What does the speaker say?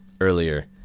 earlier